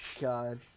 God